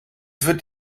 wird